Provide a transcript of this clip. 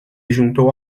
juntou